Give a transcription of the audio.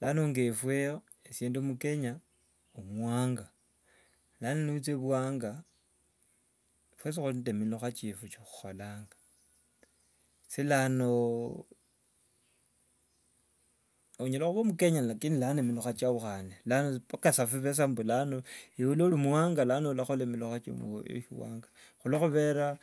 Nano nge efwe, esie ndio mukenya muwanga, lano niwicha ebuwanga fwesi khuri nende milukha chefu chikhukholanga, esikara lano onyala- oba omukenya lakini lano milukha chaukhane. Lano mpaka sa biri sa lano ewe nori muwanga lano olakhola milukha cha ebuwanga khulobera.